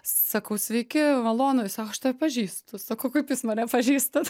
sakau sveiki malonu jis sak aš tave pažįstu sakau kaip jūs mane pažįstat